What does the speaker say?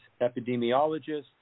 epidemiologists